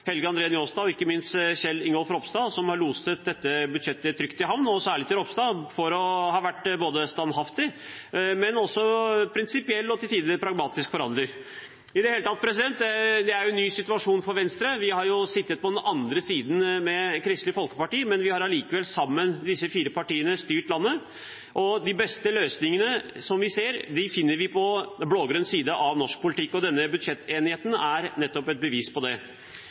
Helge André Njåstad og ikke minst Kjell Ingolf Ropstad, som har loset dette budsjettet trygt i havn, og særlig til representanten Ropstad for å ha vært en både standhaftig, prinsipiell og til tider pragmatisk forhandler. I det hele tatt – dette er en ny situasjon for Venstre. Vi har jo sittet på den andre siden, med Kristelig Folkeparti, men vi har likevel sammen – disse fire partiene – styrt landet. De beste løsningene finner vi på blå-grønn side av norsk politikk. Denne budsjettenigheten er et bevis på det.